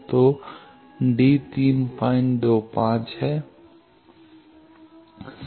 तो डी 325 है सी 99 है